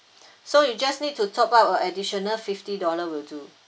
so you just need to top up a additional fifty dollar will do